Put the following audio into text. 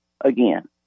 again